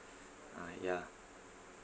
ah ya